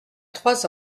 trois